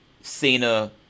Cena